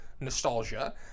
nostalgia